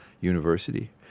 University